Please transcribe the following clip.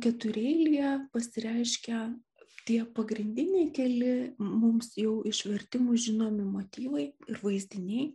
ketureilyje pasireiškia tie pagrindiniai keli mums jau iš vertimų žinomi motyvai ir vaizdiniai